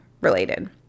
related